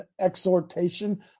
exhortation